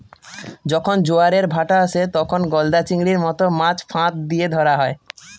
যখন জোয়ারের ভাঁটা আসে, তখন গলদা চিংড়ির মত মাছ ফাঁদ দিয়ে ধরা হয়